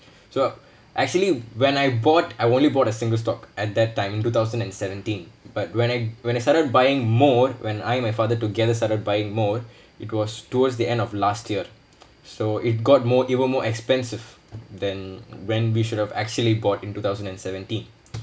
so actually when I bought I only bought a single stock at that time in two thousand and seventeen but when I when I started buying more when I my father together started buying more it was towards the end of last year so it got more even more expensive than when we should have actually bought in two thousand and seventeen